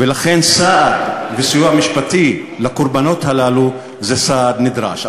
ולכן סעד בסיוע משפטי לקורבנות הללו זה סעד נדרש.